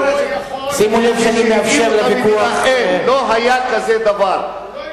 שימו לב שאני מאפשר לוויכוח, לא היה כזה דבר,